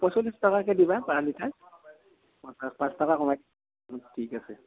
পঞ্চল্লিছ টকাকৈ দিবা পাৰ লিটাৰ পাঁচ টকা কমাই দিছোঁ অ' ঠিক আছে